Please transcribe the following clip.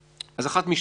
אז אחת מהשתיים,